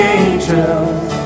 angels